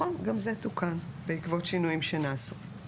נכון, גם זה תוקן בעקבות שינויים שנעשו.